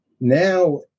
now